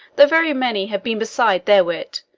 though very many have been beside their wit.